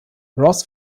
ross